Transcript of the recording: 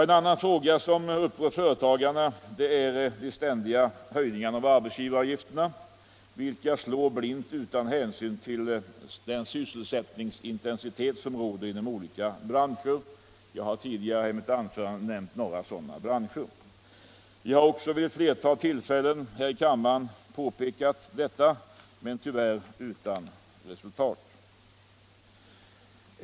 En annan fråga som upprör företagarna är de ständiga höjningarna av arbetsgivaravgifterna, vilka slår blint utan hänsyn till den sysselsättningsintensitet som råder inom olika branscher. Jag har tidigare i mitt anförande nämnt några sådana branscher. Jag har också vid ett flertal tillfällen här i kammaren påpekat vad höga arbetsgivaravgifter innebär för många arbetskraftsintensiva företag men tyvärr utan resultat.